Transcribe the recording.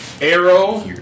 Arrow